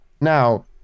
Now